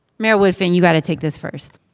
mayor woodfin, you've got to take this first